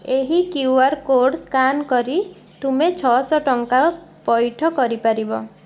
ଏହି QR code scan କରି ତୁମେ ଛଅଶହ ଟଙ୍କା ପଇଠ କରିପାରିବ